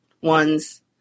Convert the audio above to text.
ones